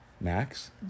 Max